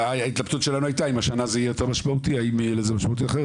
ההתלבטות שלנו הייתה האם השנה זה האם השנה תהיה לזה משמעות אחרת.